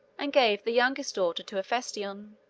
and gave the youngest daughter to hephaestion.